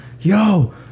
Yo